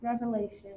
Revelation